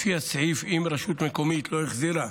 לפי הסעיף, אם רשות מקומית לא החזירה